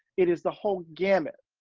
it is the whole gamut.